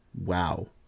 Wow